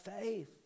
faith